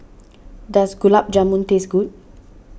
does Gulab Jamun taste good